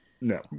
no